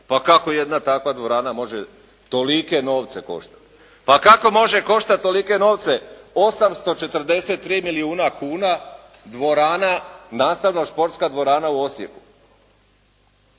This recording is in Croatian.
Pa kako jedna takva dvorana može tolike novce koštati? Pa kako može koštati tolike novce 843 milijuna kuna dvorana, nastavno športska dvorana u Osijeku.